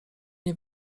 nie